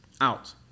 out